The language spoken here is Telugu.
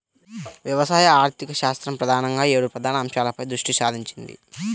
వ్యవసాయ ఆర్థికశాస్త్రం ప్రధానంగా ఏడు ప్రధాన అంశాలపై దృష్టి సారించింది